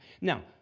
Now